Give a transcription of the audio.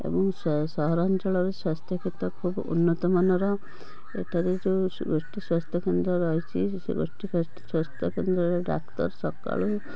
ଏବଂ ସହରାଞ୍ଚଳର ସ୍ଵାସ୍ଥ୍ୟକେନ୍ଦ୍ର ଖୁବ ଉନ୍ନତମାନର ଏଠାରେ ଯେଉଁ ଗୋଷ୍ଠୀ ସ୍ଵାସ୍ଥ୍ୟକେନ୍ଦ୍ର ରହିଛି ସେ ଗୋଷ୍ଠୀ ସ୍ଵାସ୍ଥ୍ୟକେନ୍ଦ୍ରରେ ଡାକ୍ତର ସକାଳୁ